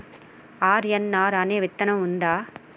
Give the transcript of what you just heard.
RNR అనే విత్తనం ఉందా?